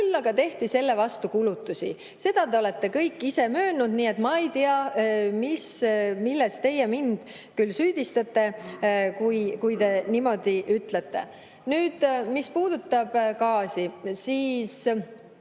küll aga tehti selle vastu kulutusi. Seda te olete kõik ise möönnud, nii et ma ei tea, milles teie mind küll süüdistate, kui te niimoodi ütlete. Nüüd, mis puudutab gaasi,